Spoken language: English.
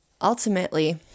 ultimately